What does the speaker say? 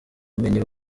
ubumenyi